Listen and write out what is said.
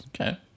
okay